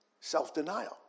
self-denial